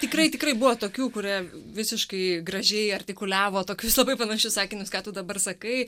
tikrai tikrai buvo tokių kurie visiškai gražiai artikuliavo tokius labai panašius sakinius ką tu dabar sakai